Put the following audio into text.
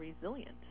resilient